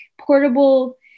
portable